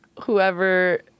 whoever